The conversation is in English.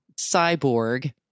Cyborg